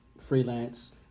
freelance